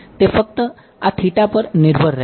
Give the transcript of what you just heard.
તે ફક્ત આ પર નિર્ભર રહેશે